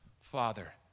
Father